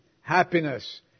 happiness